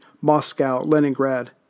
Moscow-Leningrad